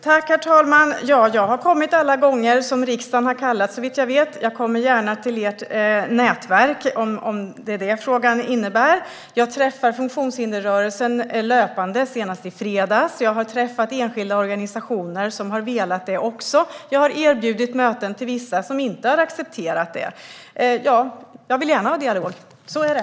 Herr talman! Såvitt jag vet har jag kommit alla gånger som riksdagen har kallat, och jag kommer gärna till ert nätverk om detta är vad frågan innebär. Jag träffar funktionshindersrörelsen löpande, senast i fredags. Jag har träffat enskilda organisationer som har velat det. Jag har även erbjudit möten till vissa som inte har accepterat det. Jag vill gärna ha dialog - så är det!